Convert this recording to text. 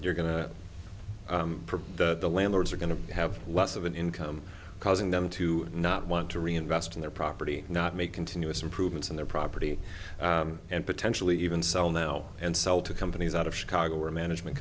you're going to the landlords are going to have less of an income causing them to not want to reinvest in their property not make continuous improvements in their property and potentially even sell now and sell to companies out of chicago or management